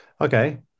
Okay